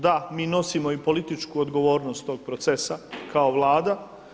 Da, mi nosimo i političku odgovornost tog procesa kao vlada.